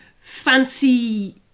fancy